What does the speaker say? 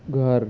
گھر